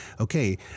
okay